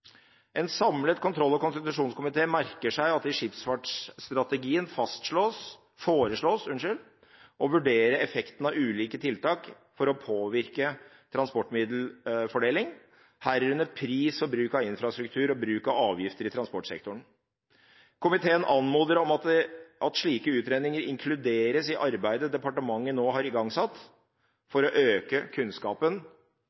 En samlet kontroll- og konstitusjonskomité merker seg at det i skipsfartsstrategien foreslås å vurdere effekten av ulike tiltak for å påvirke transportmiddelfordeling, herunder pris, bruk av infrastruktur og bruk av avgifter i transportsektoren. Komiteen anmoder om at slike utredninger inkluderes i arbeidet departementet nå har igangsatt